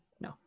No